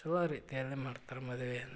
ಚಲೋ ರೀತಿಯಲ್ಲೇ ಮಾಡ್ತಾರೆ ಮದುವೆಯನ್ನ